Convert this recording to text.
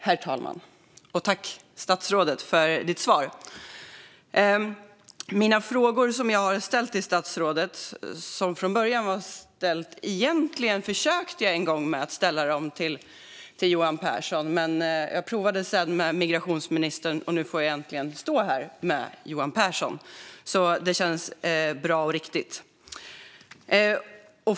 Herr talman! Jag tackar statsrådet Johan Pehrson för svaret. Frågorna i interpellationen försökte jag först ställa till Johan Pehrson. Sedan provade jag med migrationsministern. Nu får jag äntligen stå här och debattera med Johan Pehrson, vilket känns bra och riktigt.